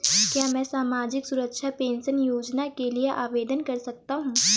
क्या मैं सामाजिक सुरक्षा पेंशन योजना के लिए आवेदन कर सकता हूँ?